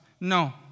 No